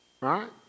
Right